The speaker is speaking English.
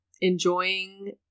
enjoying